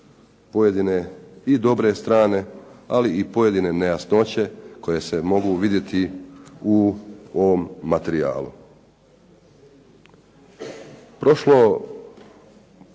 pojedine i dobre strane, ali pojedine i nejasnoće koje se mogu vidjeti u materijalu. U proljeće